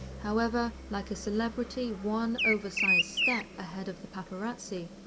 however, like a celebrity one, oversized, step ahead of the paparazzi,